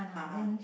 a'ah